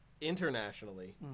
internationally